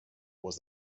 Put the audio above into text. was